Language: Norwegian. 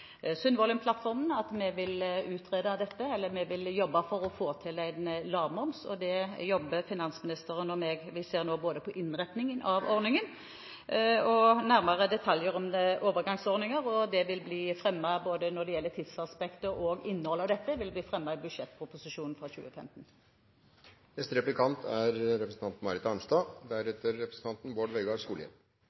i Sundvolden-plattformen at vi vil utrede dette, eller at vi vil jobbe for å få til en lavmoms. Det jobber finansministeren og jeg med. Vi ser nå på både innretningen av ordningen og nærmere detaljer om overgangsordninger, og både tidsaspektet og innholdet av dette vil bli fremmet i budsjettproposisjonen